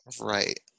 Right